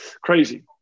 crazy